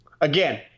Again